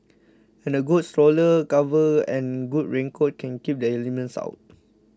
and a good stroller cover and good raincoat can keep the elements out